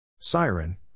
Siren